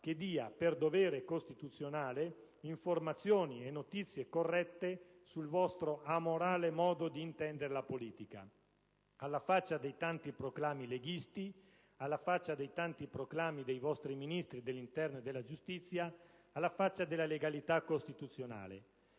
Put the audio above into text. che dia, per dovere costituzionale, informazioni e notizie corrette sul vostro amorale modo di intendere la politica: alla faccia dei tanti proclami leghisti e dei vostri Ministri dell'interno e della giustizia! Alla faccia della legalità costituzionale!